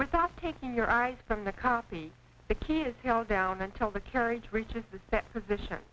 without taking your eyes from the copy the key is held down until the carriage reaches the position